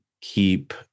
keep